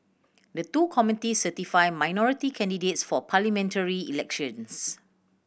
the two committees certify minority candidates for parliamentary elections